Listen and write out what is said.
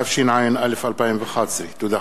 התשע"א 2011. תודה.